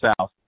south